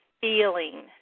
feeling